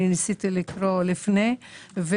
אני ניסיתי לקרוא לפני כן.